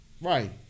Right